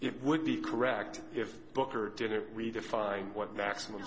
it would be correct if booker dinner we defined what maximum